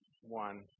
one